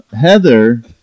Heather